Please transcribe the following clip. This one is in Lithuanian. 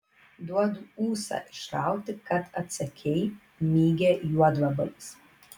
duodu ūsą išrauti kad atsakei mygia juodvabalis